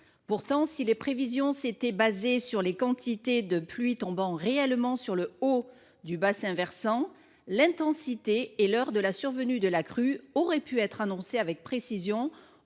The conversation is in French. Pourtant, si les prévisions avaient été fondées sur les quantités de pluie réellement tombées sur le haut du bassin versant, l’intensité et l’heure de la survenue de la crue auraient pu être annoncées avec précision au